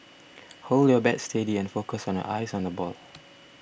hold your bat steady and focus on your eyes on the ball